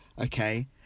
Okay